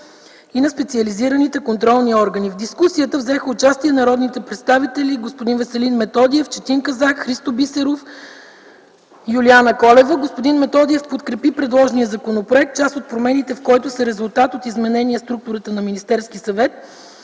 и на специализираните контролни органи. В дискусията взеха участие народните представители Веселин Методиев, Четин Казак, Христо Бисеров, Юлияна Колева. Господин Методиев подкрепи предложения законопроект, част от промените в който са резултат от изменение на структурата на Министерския съвет.